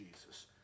Jesus